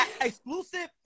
Exclusive